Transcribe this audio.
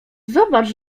zobacz